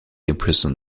imprison